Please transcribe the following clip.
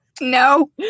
No